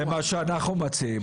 זה מה שאנחנו מציעים.